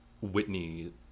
Whitney-